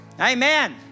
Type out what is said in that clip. Amen